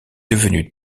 devenu